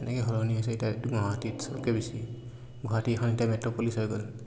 এনেকে সলনি হৈছে গুৱাহাটীত চবকে বেছি গুৱাহাটীখন এতিয়া মেট্ৰ' পলিচ হৈ গ'ল